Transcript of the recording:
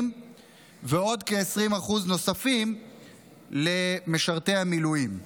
ועוד כ-20% נוספים למשרתי המילואים.